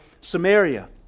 Samaria